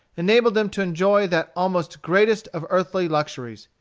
enabled them to enjoy that almost greatest of earthly luxuries,